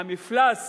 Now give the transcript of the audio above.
והמפלס